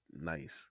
nice